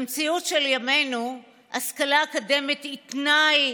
במציאות של ימינו השכלה אקדמית היא תנאי,